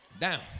Down